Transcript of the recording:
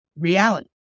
reality